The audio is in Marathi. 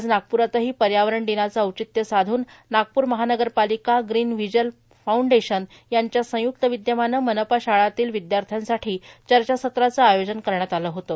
आज नागप्रातही पर्यावरण दिनाचे औचित्य साधून नागपूर महानगरपालिका ग्रीन व्हिजल फाउंडेशन यांच्या संयुक्त विदयमानं मनपा शाळांतील विदयाश्र्यांसाठी चर्चासत्राचं आयोजन करण्यात आलं होतं